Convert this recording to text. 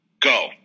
go